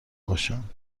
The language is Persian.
باشم